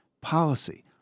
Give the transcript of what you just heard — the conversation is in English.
policy